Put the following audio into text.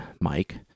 Mike